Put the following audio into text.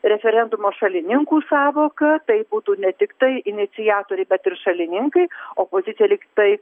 referendumo šalininkų sąvoka tai būtų ne tiktai iniciatoriai bet ir šalininkai opozicija lyg tai